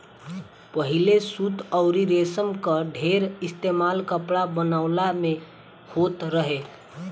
पहिले सूत अउरी रेशम कअ ढेर इस्तेमाल कपड़ा बनवला में होत रहे